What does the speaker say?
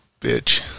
bitch